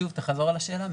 שוב, תחזור על השאלה.